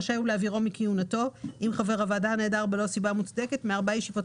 רשאי להעבירו מכהונתו אם חבר הוועדה נעדר בלא סיבה מוצדקת מארבע ישיבות